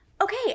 Okay